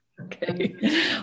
Okay